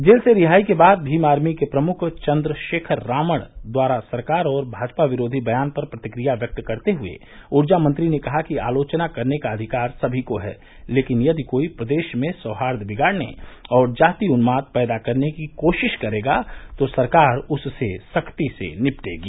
jail से रिहाई के बाद भीम आर्मी के प्रमुख चन्द्रशेखर रावण द्वारा सरकार और भाजपा विरोधी बयान पर प्रतिक्रिया व्यक्त करते हए ऊर्जा मंत्री ने कहा कि आलोचना करने का अधिकार सभी को है लेकिन यदि कोई प्रदेश में सौहार्द बिगाड़ने और जातीय उन्माद पैदा करने की कोशिश करेगा तो सरकार उससे सख्ती से निपटेगी